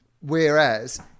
Whereas